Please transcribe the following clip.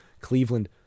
Cleveland